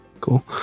Cool